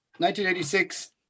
1986